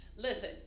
Listen